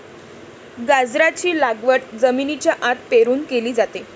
गाजराची लागवड जमिनीच्या आत पेरून केली जाते